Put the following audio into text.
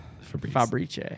Fabrice